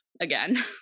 again